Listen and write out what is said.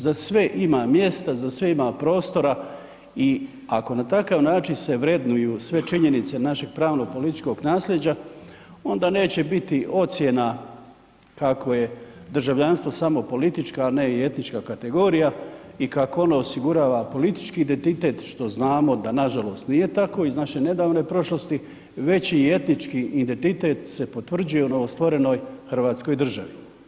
Za sve ima mjesta, za sve ima prostora i ako na takav način se vrednuju sve činjenice našeg pravno političkog nasljeđa onda neće biti ocjena kako je državljanstvo samo politička, a ne i etnička kategorija i kako ono osigurava politički identitet što znamo da nažalost nije tako iz naše nedavne prošlosti, već i etnički identitet se potvrđuje u novostvorenoj hrvatskoj državi.